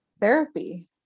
therapy